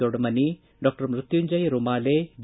Doddamani doctor Mrutyunjaya Rumale D